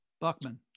Buckman